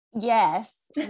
Yes